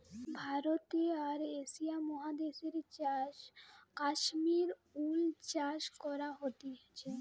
ভারতে আর এশিয়া মহাদেশে চাষ কাশ্মীর উল চাষ করা হতিছে